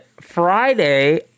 Friday